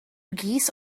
geese